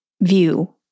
view